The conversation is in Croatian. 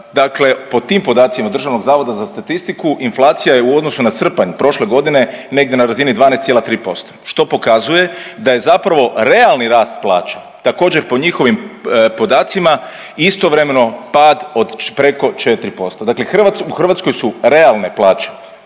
dakle po tim podacima DZS-a inflacija je u odnosu na srpanj prošle godine negdje na razini 12,3% što pokazuje da je zapravo realni rast plaća također po njihovim podacima istovremeno pad od preko 4%. Dakle u Hrvatskoj su realne plaće,